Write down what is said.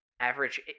average